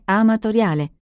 amatoriale